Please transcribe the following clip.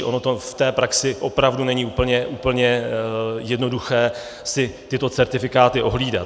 Ono v té praxi opravdu není úplně jednoduché si tyto certifikáty ohlídat.